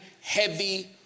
heavy